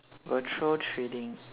virtual trading